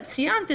ציינת,